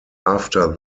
after